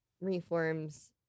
reforms